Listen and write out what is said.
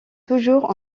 toujours